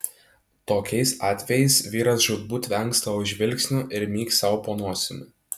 tokiais atvejais vyras žūtbūt vengs tavo žvilgsnio ir myks sau po nosimi